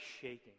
shaking